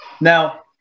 Now